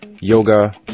yoga